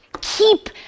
Keep